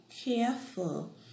careful